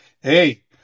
hey